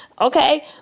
Okay